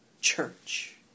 church